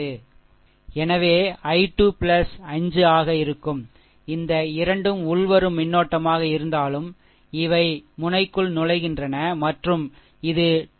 எனவே இது i 2 5 ஆக இருக்கும் இந்த 2 ம் உள்வரும் மின்னோட்டமாக இருந்தாலும் இவை முனைக்குள் நுழைகின்றன மற்றும் இது 2